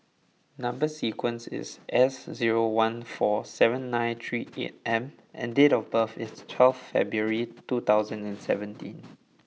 number sequence is S zero one four seven nine three eight M and date of birth is twelfth February two thousand and seventeen